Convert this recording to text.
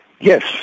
yes